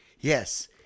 yes